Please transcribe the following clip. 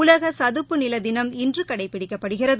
உலக சதுப்பு நில தினம் இன்று கடைபிடிக்கப்படுகிறது